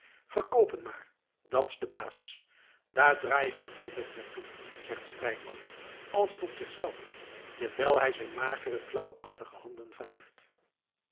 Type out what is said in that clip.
verkoopen maar dat's de baas daar draai ik het altijd naar toe zegt strijkman als tot zichzelf terwijl hij zijn magere klauwachtige handen wrijft